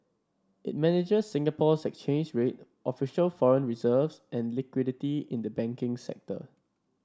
it manages Singapore's exchange rate official foreign reserves and liquidity in the banking sector